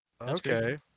okay